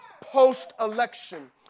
post-election